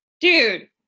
dude